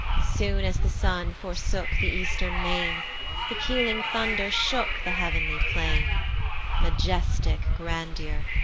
soon as the sun forsook the eastern main the pealing thunder shook the heav'nly plain majestic grandeur!